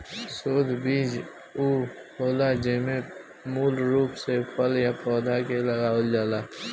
शुद्ध बीज उ होला जेमे मूल रूप से फल या पौधा के लगावल जाला